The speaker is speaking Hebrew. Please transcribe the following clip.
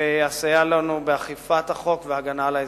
ויסייעו לנו באכיפת החוק ובהגנה על האזרח.